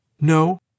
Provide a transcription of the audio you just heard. No